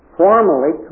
formally